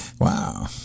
Wow